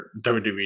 WWE